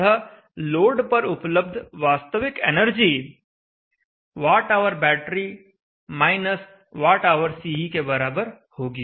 अतः लोड पर उपलब्ध वास्तविक एनर्जी Whbat Whce के बराबर होगी